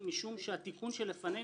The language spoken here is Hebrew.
הוא מצב שבו יש הפרה משמעותית,